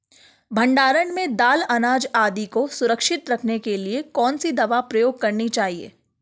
भण्डारण में दाल अनाज आदि को सुरक्षित रखने के लिए कौन सी दवा प्रयोग करनी चाहिए?